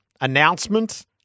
announcement